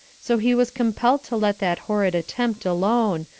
so he was compelled to let that horrid attempt alone,